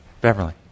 Beverly